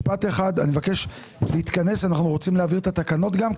אנחנו רוצים להעביר את התקנות.